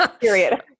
Period